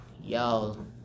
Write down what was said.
y'all